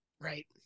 Right